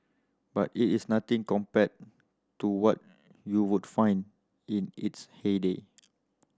but it is nothing compared to what you would find in its heyday